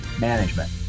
management